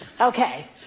okay